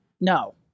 No